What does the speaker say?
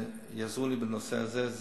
יעזרו לי בנושא הזה.